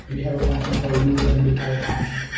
and we have a function called lose m d five hash.